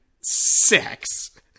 sex